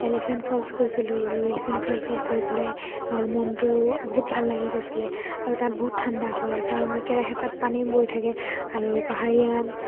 elephant falls গৈছিলোঁ আৰু elephant ফল্চত গৈ পেলাই মনটো বহুত ভাল লাগি গৈছিলে আৰু তাত বহুত ঠাণ্ডা হয় কাৰণ একেৰাহে তাত পানী বৈ থাকে আৰু পাহাৰীয়া